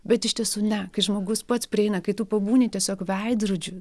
bet iš tiesų ne kai žmogus pats prieina kai tu pabūni tiesiog veidrodžiu